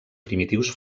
primitius